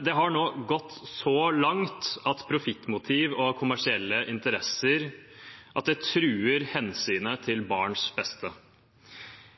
Det har nå gått så langt at profittmotiv og kommersielle interesser truer hensynet til barns beste.